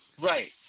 Right